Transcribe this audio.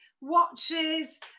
watches